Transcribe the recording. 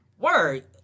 word